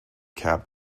cap